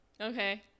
Okay